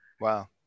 Wow